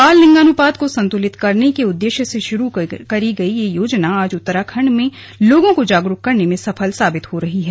बाल लिंगानुपात को संतुलित करने के उद्देश्य से शुरू की गई यह योजना आज उत्तराखण्ड में लोगों को जागरूक करने में सफल साबित हो रही है